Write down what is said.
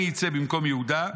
אני אצא במקום יהודה,